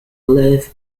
live